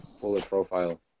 fuller-profile